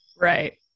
Right